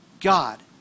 God